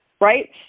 right